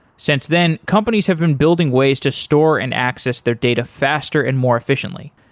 since then, companies have been building ways to store and access their data faster and more efficiently.